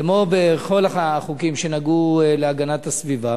כמו בכל החוקים שנגעו בהגנת הסביבה,